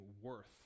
worth